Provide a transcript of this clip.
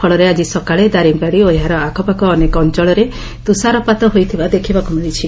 ଫଳରେ ଆଜି ସକାଳେ ଦାରିଙ୍ଗିବାଡ଼ି ଓ ଏହାର ଆଖପାଖ ଅନେକ ଅଅଳରେ ତୁଷାରପାତ ହୋଇଥିବା ଦେଖିବାକୁ ମିଳିଛି